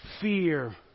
fear